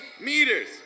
meters